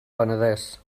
penedès